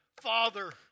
Father